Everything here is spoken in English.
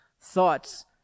Thoughts